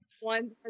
One